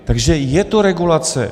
Takže je to regulace.